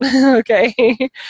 Okay